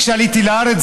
כאשר עליתי לארץ,